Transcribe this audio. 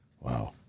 Wow